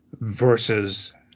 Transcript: versus